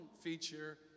feature